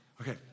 Okay